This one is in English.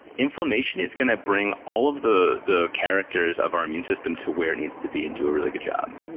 inflammation is going to bring all of the the characters of our immune system to where it needs to be and do a really good job.